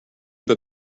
but